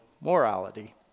morality